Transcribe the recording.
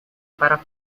para